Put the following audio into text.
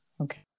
Okay